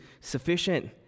sufficient